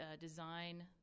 design